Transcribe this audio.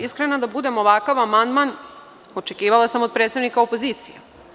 Iskrena da budem, ovakav amandman očekivala sam od predstavnika opozicije.